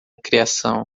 criação